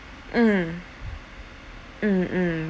mm mm mm